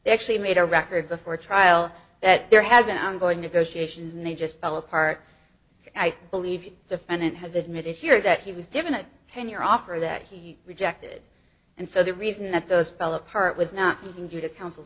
they actually made a record before trial that there had been ongoing negotiations and they just fell apart i believe defendant has admitted here that he was given a ten year offer that he rejected and so the reason that those fell apart was not